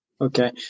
Okay